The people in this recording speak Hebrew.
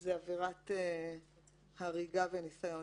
זאת עבירת הריגה וניסיון